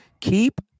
Keep